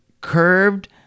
curved